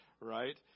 Right